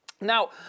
Now